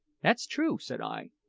that's true, said i.